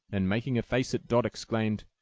and making a face at dot, exclaimed,